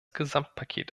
gesamtpaket